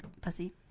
Pussy